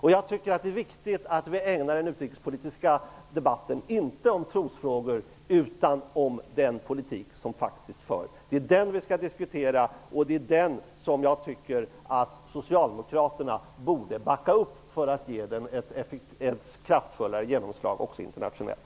Jag tycker att det är viktigt att vi ägnar den utrikespolitiska debatten inte åt trosfrågor utan åt den politik som faktiskt förs. Det är den vi skall diskutera. Det är den som jag tycker att Socialdemokraterna borde backa upp för att ge den ett kraftfullare genomslag också internationellt.